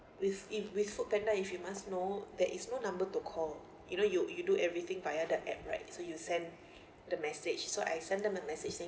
with if with foodpanda if you must know there is no number to call you know you you do everything via the app right so you send the message so I send them a message saying